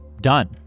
done